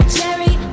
Cherry